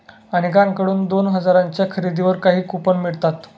अनेकांकडून दोन हजारांच्या खरेदीवर काही कूपन मिळतात